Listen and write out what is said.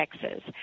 Texas